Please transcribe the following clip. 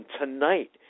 Tonight